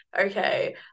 okay